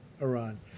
Iran